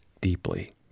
deeply